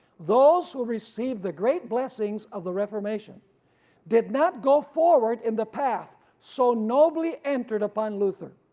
those who receive the great blessings of the reformation did not go forward in the path so nobly entered upon luther,